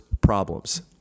problems